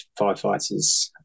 firefighters